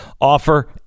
Offer